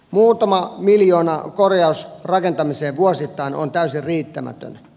muutama miljoona korjausrakentamiseen vuosittain on täysin riittämätön